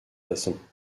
façons